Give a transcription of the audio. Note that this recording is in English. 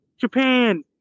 Japan